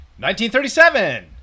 1937